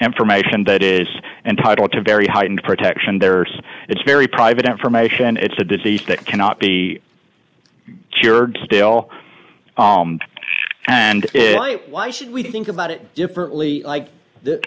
information that is entitled to very heightened protection there's it's very private information it's a disease that cannot be cured still and why should we think about it differently like th